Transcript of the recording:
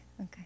Okay